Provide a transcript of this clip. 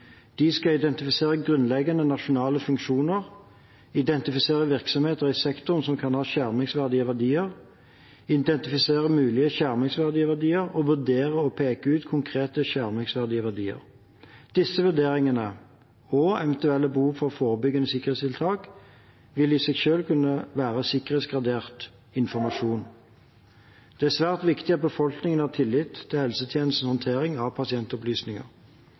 De skal identifisere grunnleggende nasjonale funksjoner, identifisere virksomheter i sektoren som kan ha skjermingsverdige verdier, identifisere mulige skjermingsverdige verdier og vurdere og peke ut konkrete skjermingsverdige verdier. Disse vurderingene og eventuelle behov for forebyggende sikkerhetstiltak vil i seg selv kunne være sikkerhetsgradert informasjon. Det er svært viktig at befolkningen har tillit til helsetjenestenes håndtering av pasientopplysninger.